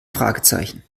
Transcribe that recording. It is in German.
fragezeichen